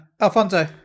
Alfonso